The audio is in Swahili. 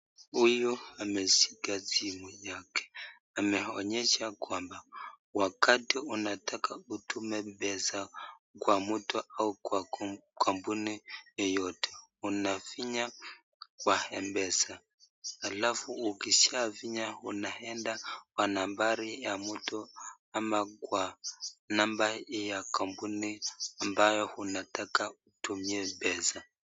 Huyu ameshika simu yake, ameonyesha kwamba wakati unataka utume pesa kwa mtu au kwa kampuni yoyote, unafinya kwa m-pesa, alafu ukishafinya unaenda kwa nambari ya mtu ama kwa namba ya kampuni ambayo unataka utumie pesa.